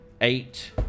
eight